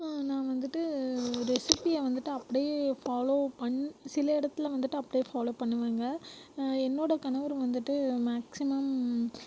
நான் வந்துட்டு ரெசிபியை வந்துட்டு அப்படியே ஃபாலோ பண் சில இடத்துல வந்துட்டு அப்டியே ஃபாலோ பண்ணுவேங்க என்னோடய கணவர் வந்துட்டு மேக்ஸிமம்